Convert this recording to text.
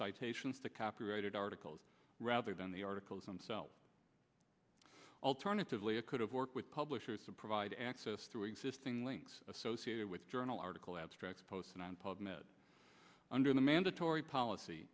citations the copyrighted articles rather than the articles themselves alternatively i could have worked with publishers to provide access through existing links associated with journal article abstracts posted on pub med under the mandatory policy